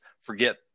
forget